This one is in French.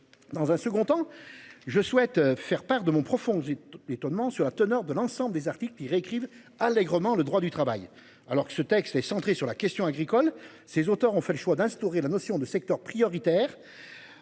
Dans un second temps. Je souhaite faire part de mon profond. Étonnement sur la teneur de l'ensemble des articles qui réécrivent allègrement le droit du travail, alors que ce texte est centré sur la question agricole. Ses auteurs ont fait le choix d'instaurer la notion de secteurs prioritaires.